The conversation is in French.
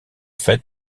fait